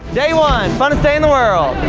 day one, funnest day in the world.